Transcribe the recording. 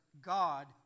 God